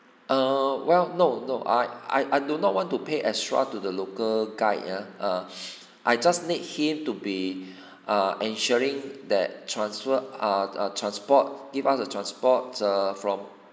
err well no no I I I do not want to pay extra to the local guide ah err I just need him to be err ensuring that transfer ah uh transport give us the transport err from